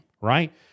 right